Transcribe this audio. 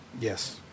Yes